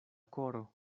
koro